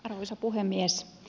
arvoisa puhemies